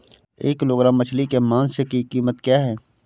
एक किलोग्राम मछली के मांस की कीमत क्या है?